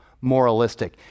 moralistic